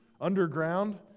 underground